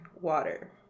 water